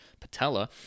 patella